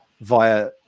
via